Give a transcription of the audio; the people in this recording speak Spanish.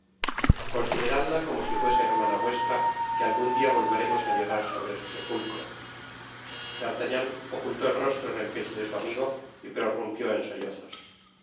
cielo consideradla como si fuese hermana vuestra que algun dia volveremos á llorar sobre su sepulcro d'artagnan ocultó el rostro en el pecho de su amigo y prorumpió en sollozos